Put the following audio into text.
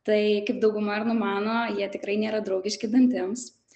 tai kaip dauguma ir numano jie tikrai nėra draugiški dantims